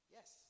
Yes